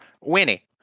Winnie